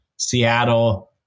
Seattle